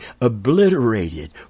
obliterated